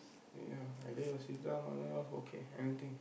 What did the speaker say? ya either your sister or mother house okay anything